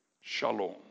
Shalom